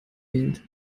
wählt